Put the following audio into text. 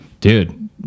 dude